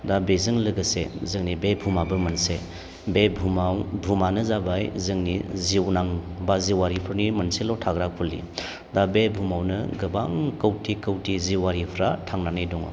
दा बेजों लोगोसे जोंनि बे बुहुमाबो मोनसे बे बुहुमाव बुहुमानो जाबाय जोंनि जिउनां बा जिउवारिफोरनि मोनसेल' थाग्रा खुलि दा बे बुहुमावनो गोबां खौथि खौथि जिउवारिफ्रा थांनानै दङ